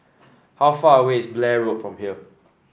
how far away is Blair Road from here